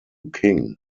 king